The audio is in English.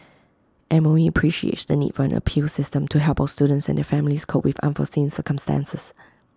M O E appreciates the need for an appeals system to help our students and their families cope with unforeseen circumstances